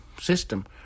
system